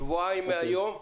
בתוך שבועיים מהיום.